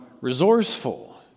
resourceful